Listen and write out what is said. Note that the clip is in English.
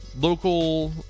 local